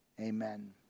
Amen